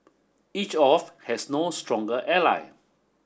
each of has no stronger ally